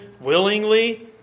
willingly